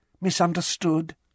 Misunderstood